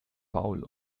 faul